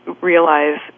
realize